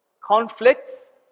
conflicts